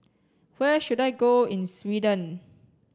where should I go in Sweden